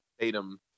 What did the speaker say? Tatum